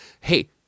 Hey